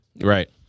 Right